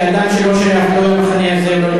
כאדם שלא שייך למחנה הזה ולא,